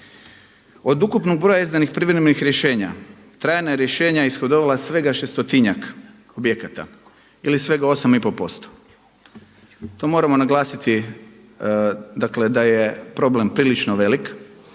Od ukupnog broja izdanih privremenih rješenja trajna rješenja ishodovala svega šestotinjak objekata ili svega 8 i pol posto. To moramo naglasiti, dakle da je problem prilično velik